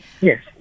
Yes